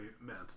meant